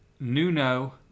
Nuno